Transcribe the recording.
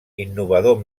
innovador